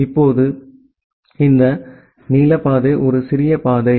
இப்போது இந்த நீல பாதை ஒரு சிறிய பாதை